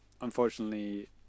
unfortunately